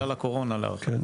בגלל הקורונה, כן.